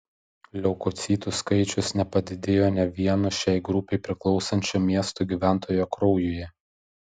leukocitų skaičius nepadidėjo nė vieno šiai grupei priklausančio miesto gyventojo kraujuje